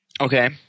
Okay